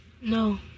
No